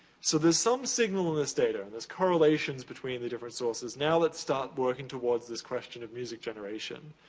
so, there's some signal in this data. and there's correlations between the different sources. now, let's start working towards this question of music generation.